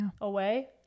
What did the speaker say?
away